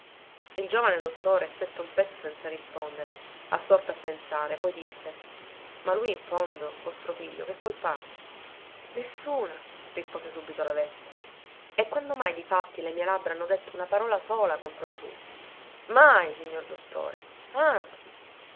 il giovane dottore stette un pezzo senza rispondere assorto a pensare poi disse ma lui in fondo vostro figlio che colpa ha nessuna rispose subito la vecchia e quando mai difatti le mie labbra hanno detto una parola sola contro di lui mai signor dottore anzi